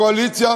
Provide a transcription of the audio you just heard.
הקואליציה,